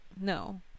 No